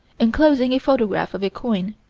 enclosing a photograph of a coin,